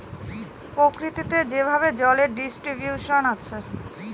প্রকৃতিতে যেভাবে জলের ডিস্ট্রিবিউশন আছে